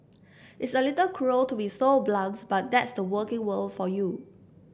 it's a little cruel to be so blunt but that's the working world for you